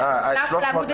תפתח את העמוד השני.